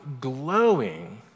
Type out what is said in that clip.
glowing